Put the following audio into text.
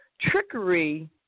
trickery